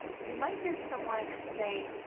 you might hear someone say,